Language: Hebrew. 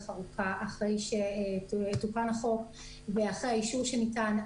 ארוכה אחרי שתוקן החוק ואחרי האישור שניתן.